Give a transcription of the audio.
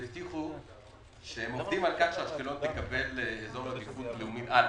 והבטיחו שהם עובדים על כך שאשקלון תקבל אזור עדיפות לאומית א'.